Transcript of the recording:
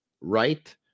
right